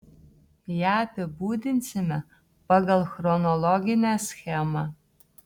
ją apibūdinsime pagal chronologinę schemą